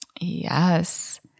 Yes